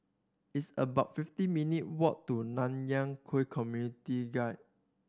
it's about fifty minute walk to Nanyang Khek Community Guild